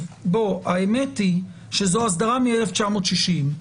למען האמת זו אסדרה מ-1960,